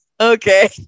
Okay